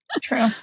True